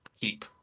keep